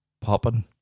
popping